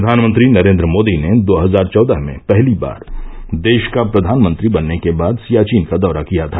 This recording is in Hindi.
प्रधानमंत्री नरेन्द्र मोदी ने दो हजार चौदह में पहली बार देश का प्रधानमंत्री बनने के बाद सियाचिन का दौरा किया था